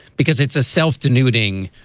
because it's a self denuding